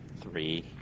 three